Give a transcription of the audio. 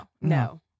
no